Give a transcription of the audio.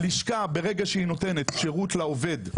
הלשכה ברגע שהיא נותנת שרות לעובד,